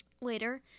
later